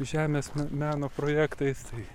žemės meno projektais tai